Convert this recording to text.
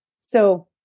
So-